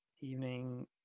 evening